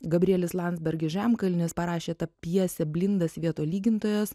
gabrielius landsbergis žemkalnis parašė tą pjesę blinda svieto lygintojas